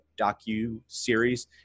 docu-series